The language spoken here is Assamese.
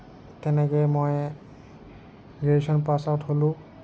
তেনেকৈ মই গ্ৰেজুৱেচন পাছ আউট হ'লোঁ